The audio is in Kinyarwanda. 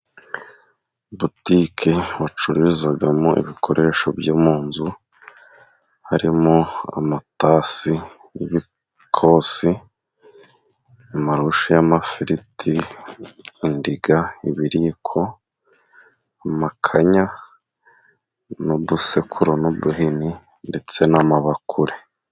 Butike bacuruzamo ibikoresho byo mu nzu harimo amatasi n'ibikosi, amarushi y'amafiriti, indiga, ibiyiko, amakanya n'udusekuru n'uduhini ndetse n'amabakure.